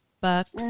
Bucks